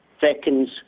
seconds